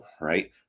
right